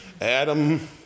Adam